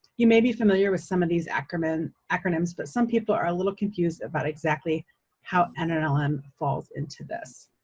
you may be familiar with some of these acronyms, and but some people are a little confused about exactly how nnlm um falls into this.